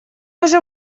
уже